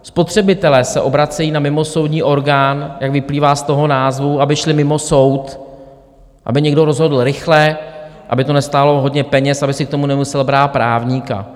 Spotřebitelé se obracejí na mimosoudní orgán, jak vyplývá z toho názvu, aby šli mimo soud, aby někdo rozhodl rychle, aby to nestálo hodně peněz, aby si k tomu nemuseli brát právníka.